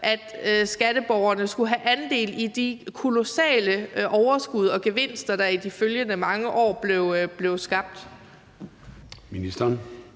at skatteborgerne skulle have andel i de kolossale overskud og gevinster, der i de følgende mange år blev skabt?